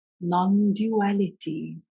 non-duality